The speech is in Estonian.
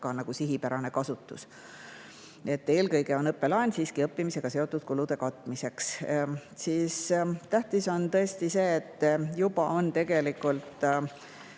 ole sihipärane kasutus. Eelkõige on õppelaen siiski õppimisega seotud kulude katmiseks. Aga tähtis on tõesti see, et juba on tegelikult